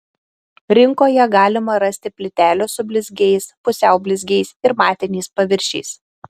rinkoje galima rasti plytelių su blizgiais pusiau blizgiais ir matiniais paviršiais